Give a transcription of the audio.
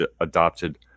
adopted